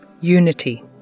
unity